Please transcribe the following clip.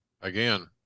again